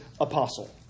apostle